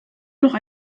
noch